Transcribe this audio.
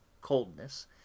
coldness